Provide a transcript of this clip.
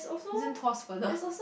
this one Tuas further